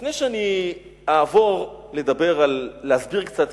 לפני שאני אעבור להסביר קצת,